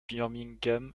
birmingham